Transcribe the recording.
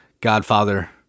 Godfather